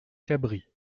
cabris